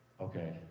Okay